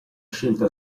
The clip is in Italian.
scelta